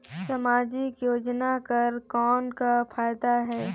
समाजिक योजना कर कौन का फायदा है?